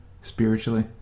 spiritually